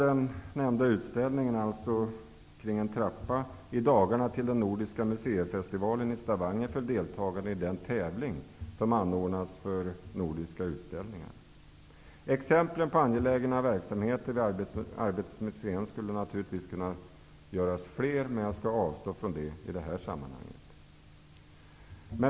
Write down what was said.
Den nämnda utställningen, Kring en trappa, går i dagarna till den nordiska museifestivalen i Exemplen på angelägna verksamheter vid Arbetets museum skulle naturligtvis kunna vara fler, men jag skall avstå från att ta fram fler i det här sammanhanget.